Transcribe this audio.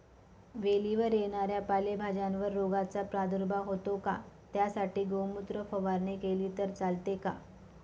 वेलीवर येणाऱ्या पालेभाज्यांवर रोगाचा प्रादुर्भाव होतो का? त्यासाठी गोमूत्र फवारणी केली तर चालते का?